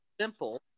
simple